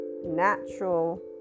natural